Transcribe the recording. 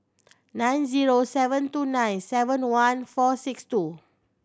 nine zero seven two nine seven one four six two